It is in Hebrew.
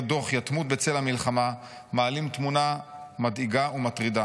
דוח 'יתמות בצל המלחמה' מעלים תמונה מדאיגה ומטרידה: